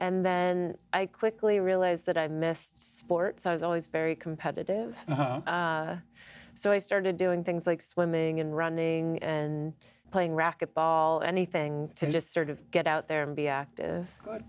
and then i quickly realized that i missed sports i was always very competitive so i started doing things like swimming and running and playing racquetball anything to just sort of get out there and be active